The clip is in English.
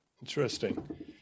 Interesting